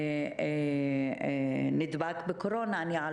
זה לא